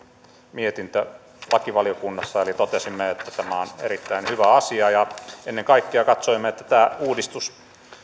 mietintö lakivaliokunnassa eli totesimme että tämä on erittäin hyvä asia ja ennen kaikkea katsoimme että tämä uudistus